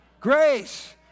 Grace